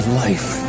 life